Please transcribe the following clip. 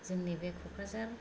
जोंनि बे क'कराझार